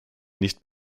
nicht